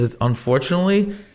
unfortunately